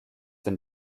wenn